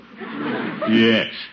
Yes